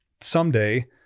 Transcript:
someday